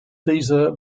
caesar